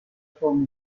sua